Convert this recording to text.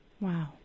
Wow